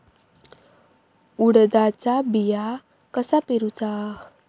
उडदाचा बिया कसा पेरूचा?